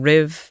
Riv